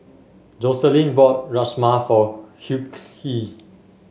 Joselin bought Rajma for Hughie